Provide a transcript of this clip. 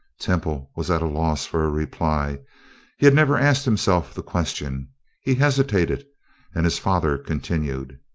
temple was at a loss for a reply he had never asked himself the question he hesitated and his father continued